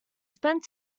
spent